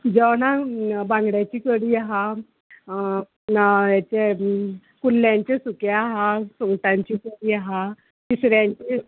जेवणाक बांगड्याची कडी आहा हेचे कुल्ल्यांचे सुकें आहा सुंगटांची कडी आहा तिसऱ्यांची